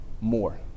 more